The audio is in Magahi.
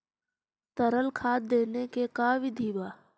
तरल खाद देने के का बिधि है?